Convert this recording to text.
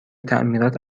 تعمیرات